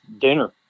dinner